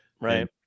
Right